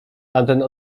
tamten